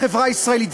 לחברה הישראלית,